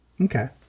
Okay